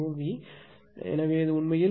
எனவே இது உண்மையில் 4